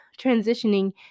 transitioning